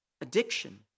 addiction